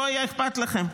לא היה אכפת לכם.